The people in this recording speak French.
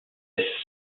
laisse